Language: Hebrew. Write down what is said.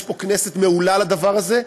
יש פה כנסת מעולה לדבר הזה,